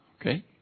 Okay